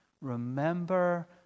Remember